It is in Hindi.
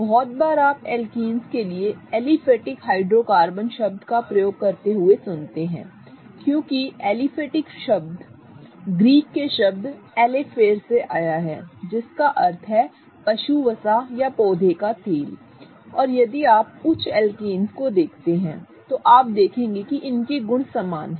बहुत बार आप एल्केन्स के लिए एलिफैटिक हाइड्रोकार्बन शब्द का प्रयोग होते हुए सुनते हैं क्योंकि एलिफैटिक ग्रीक शब्द एलेफेर से आया है जिसका अर्थ है पशु वसा या पौधे का तेल और यदि आप उच्च एल्केन्स देखते हैं तो आप देखेंगे कि इनके गुण समान हैं